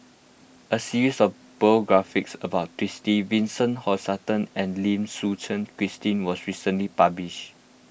a series of biographies about Twisstii Vincent Hoisington and Lim Suchen Christine was recently published